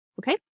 okay